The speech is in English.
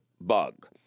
bug